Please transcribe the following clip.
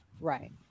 Right